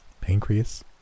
Pancreas